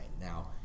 Now